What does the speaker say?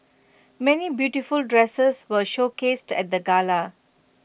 many beautiful dresses were showcased at the gala